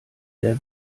der